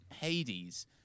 hades